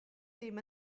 ddim